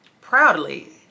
proudly